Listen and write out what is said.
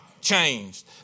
Changed